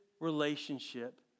relationship